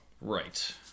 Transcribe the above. Right